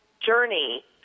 journey